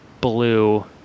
blue